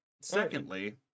secondly